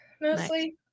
mostly